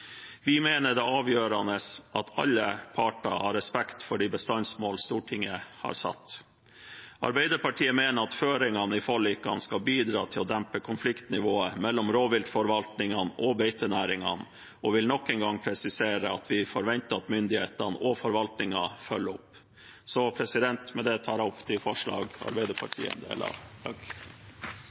Vi mener det er avgjørende at alle parter har respekt for de bestandsmål Stortinget har satt. Arbeiderpartiet mener at føringene i forlikene skal bidra til å dempe konfliktnivået mellom rovviltforvaltningen og beitenæringene og vil nok en gang presisere at vi forventer at myndighetene og forvaltningen følger opp.